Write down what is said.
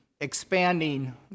expanding